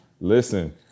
Listen